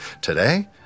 today